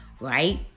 right